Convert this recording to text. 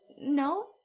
No